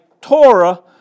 Torah